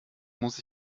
muss